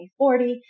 2040